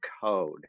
code